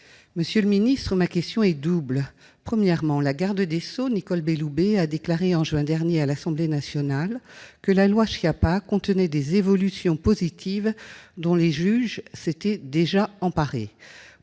Alexandra Louis. Ma question est double. Premièrement, la garde des sceaux Nicole Belloubet a déclaré en juin dernier à l'Assemblée nationale que la loi Schiappa contenait des évolutions positives dont les juges s'étaient déjà emparés.